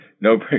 no